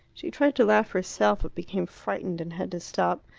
she tried to laugh herself, but became frightened and had to stop.